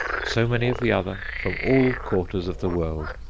so many of the other, from all quarters of the world,